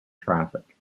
traffic